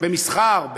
במסחר,